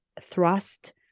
thrust